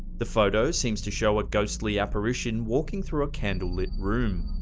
the photo seems to show a ghostly apparition walking through a candlelit room.